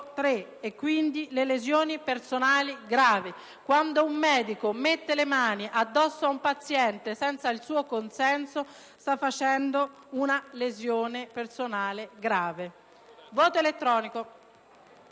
583 e, quindi, delle lesioni personali gravi. Quando un medico mette le mani addosso a un paziente senza il suo consenso sta facendo una lesione personale grave. Chiedo